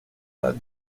pas